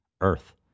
Earth